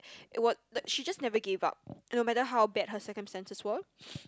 it was like she just never gave up and no matter how bad her circumstances were